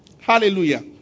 Hallelujah